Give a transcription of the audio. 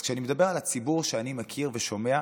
אז כשאני מדבר על הציבור שאני מכיר ושומע,